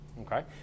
Okay